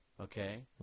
Okay